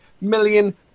million